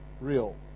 real